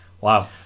Wow